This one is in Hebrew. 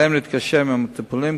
עליהם לתקשר עם המטופלים.